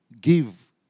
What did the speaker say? give